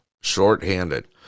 Shorthanded